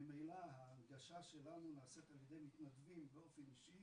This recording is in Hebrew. ממילא ההנגשה שלנו נעשית על ידי מתנדבים באופן אישי,